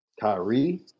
Kyrie